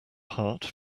heart